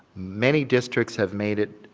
many districts have made it